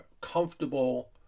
comfortable